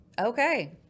Okay